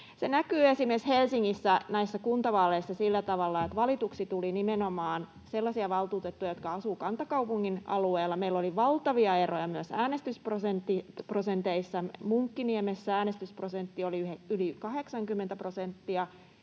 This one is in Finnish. Se näkyi esimerkiksi Helsingissä näissä kuntavaaleissa sillä tavalla, että valituksi tuli nimenomaan sellaisia valtuutettuja, jotka asuvat kantakaupungin alueella. Meillä oli valtavia eroja myös äänestysprosenteissa: Munkkiniemessä äänestysprosentti oli yli 80 prosenttia,